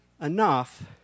enough